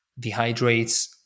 dehydrates